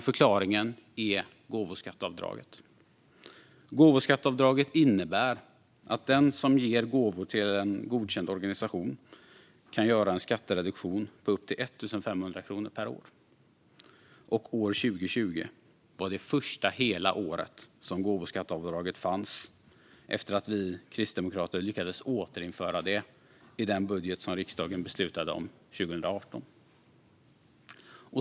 Förklaringen är gåvoskatteavdraget, som innebär att den som ger gåvor till en godkänd organisation kan göra en skattereduktion på upp till 1 500 kronor per år, och att år 2020 var det första hela året som gåvoskatteavdraget fanns efter att vi kristdemokrater lyckades återinföra det i den budget som riksdagen beslutade om 2018.